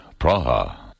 Praha